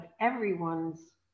everyone's